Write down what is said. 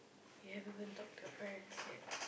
you haven't even talk to you parents yet